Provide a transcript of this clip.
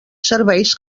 serveis